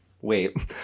Wait